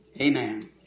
Amen